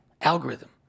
algorithm